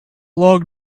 long